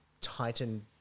Titan